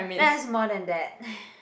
then it's more than that